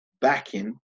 backing